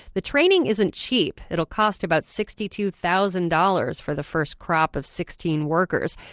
the training isn't cheap. it'll cost about sixty two thousand dollars for the first crop of sixteen workers,